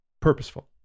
purposeful